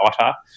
otter